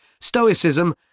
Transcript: Stoicism